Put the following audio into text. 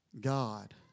God